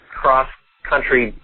cross-country